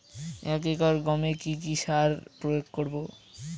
এক একর গমে কি কী সার প্রয়োগ করব?